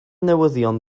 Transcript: newyddion